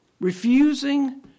Refusing